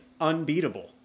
unbeatable